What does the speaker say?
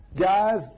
guys